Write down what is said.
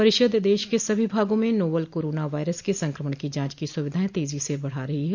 परिषद देश के सभी भागों में नोवल कोरोना वायरस के संक्रमण की जांच की सुविधाएं तेजी से बढा रही है